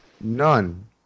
None